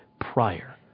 prior